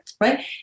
right